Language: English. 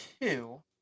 two